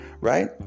right